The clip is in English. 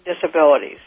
disabilities